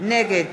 נגד